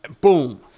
boom